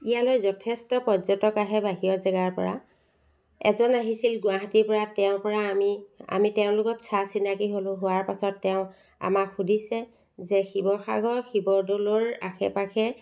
ইয়ালৈ যথেষ্ট পৰ্যটক আহে বাহিৰৰ জেগাৰপৰা এজন আহিছিল গুৱাহাটীৰপৰা তেওঁৰপৰা আমি আমি তেওঁ লগত চা চিনাকী হ'লো হোৱাৰ পাছত তেওঁ আমাক সুদিছে যে শিৱসাগৰ শিৱদ'লৰ আশে পাশে